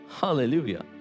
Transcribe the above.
hallelujah